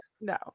no